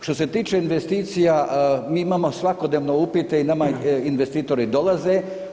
Što se tiče investicija mi imamo svakodnevno upite i nama investitori dolaze.